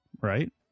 right